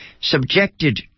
subjected